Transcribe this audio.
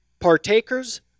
partakers